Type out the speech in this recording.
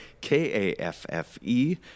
K-A-F-F-E